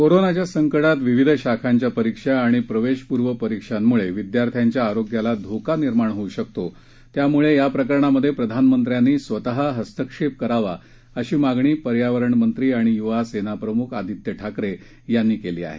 कोरोनाच्या संकटात विविध शाखांच्या परीक्षा आणि प्रवेश पूर्व परीक्षांमुळे विद्यार्थ्यांच्या आरोग्याला धोका निर्माण होऊ शकतो त्यामुळे या प्रकरणात प्रधानमंत्र्यांनी स्वत हस्तक्षेप करावा अशी मागणी पर्यावरण मंत्री आणि युवा सेना प्रमुख आदित्य ठाकरे यांनी केली आहे